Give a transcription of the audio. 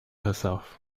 herself